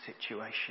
situation